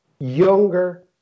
younger